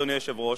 אדוני היושב-ראש,